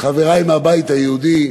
חברי מהבית היהודי,